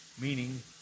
meaning